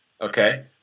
okay